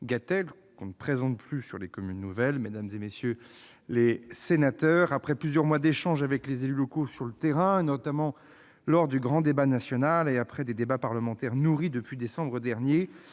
est à M. le ministre. Monsieur le président, mesdames, messieurs les sénateurs, après plusieurs mois d'échanges avec les élus locaux sur le terrain, notamment lors du grand débat national, et après des débats parlementaires nourris depuis décembre dernier,